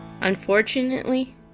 Unfortunately